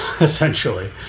essentially